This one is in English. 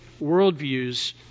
worldviews